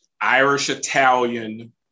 Irish-Italian